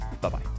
Bye-bye